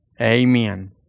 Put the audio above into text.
Amen